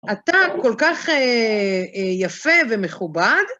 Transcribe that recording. אתה כל כך יפה ומכובד.